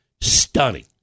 stunning